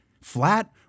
flat